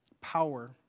power